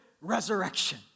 resurrection